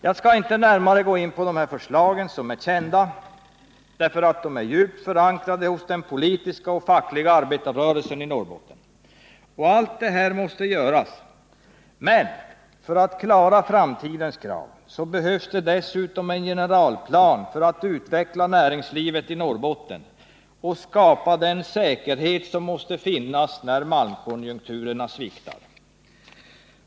Jag skall inte närmare gå in på dessa förslag, som är kända; de är djupt förankrade i den politiska och fackliga arbetarrörelsen i Norrbotten. Allt detta måste göras. Men för att klara framtidens krav behövs det dessutom en generalplan för att utveckla näringslivet i malmfälten och skapa den säkerhet som måste finnas när malmkonjunkturerna sviktar.